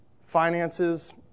Finances